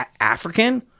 African